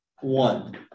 One